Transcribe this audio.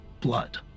blood